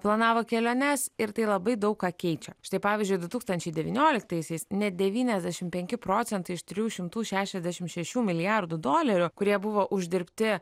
planavo keliones ir tai labai daug ką keičia štai pavyzdžiui du tūkstančiai devynioliktaisiais net devyniasdešimt penki procentai iš trijų šimtų šešiasdešimt šešių milijardų dolerių kurie buvo uždirbti